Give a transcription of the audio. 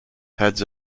heads